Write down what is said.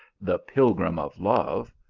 the pilgrim of love,